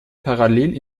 parallel